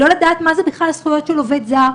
לא לדעת מה זה בכלל זכויות של עובד זר,